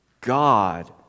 God